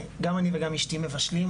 גם אני וגם אשתי מבשלים,